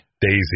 Daisy